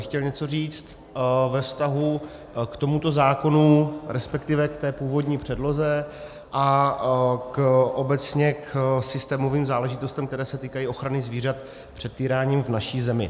Chtěl bych něco říct ve vztahu k tomuto zákonu, respektive k té původní předloze a obecně k systémovým záležitostem, které se týkají ochrany zvířat před týráním v naší zemi.